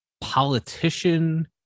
politician